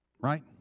right